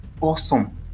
awesome